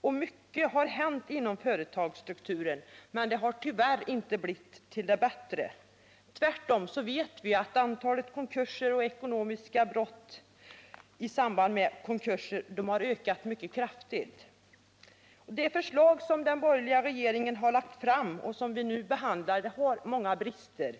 och mycket har hänt inom företagsstrukturen, men det har tyvärr inte blivit till det bättre. Tvärtom vet vi att antalet konkurser och ekonomiska brott i samband med konkurser har ökat mycket kraftigt. De förslag som den borgerliga regeringen har lagt fram och som vi nu behandlar har många brister.